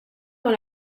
dans